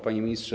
Panie Ministrze!